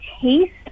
taste